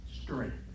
strength